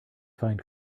find